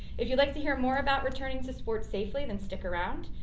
if you'd like to hear more about returning to sports safely then stick around,